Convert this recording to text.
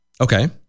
Okay